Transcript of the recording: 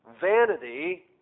vanity